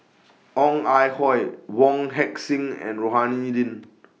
Ong Ah Hoi Wong Heck Sing and Rohani Din